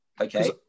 okay